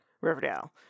Riverdale